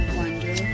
wonder